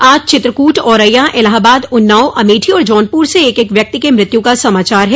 आज चित्रकूट औरैया इलाहाबाद उन्नाव अमेठी और जौनपुर से एक एक व्यक्ति के मृत्यु का समाचार है